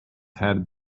had